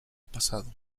pasado